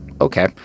okay